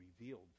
revealed